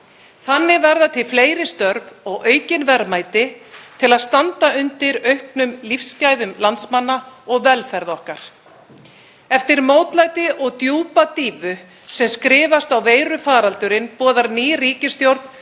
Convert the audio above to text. Þannig verða til fleiri störf og aukin verðmæti til að standa undir auknum lífsgæðum landsmanna og velferð okkar. Eftir mótlæti og djúpa dýfu sem skrifast á veirufaraldurinn boðar ný ríkisstjórn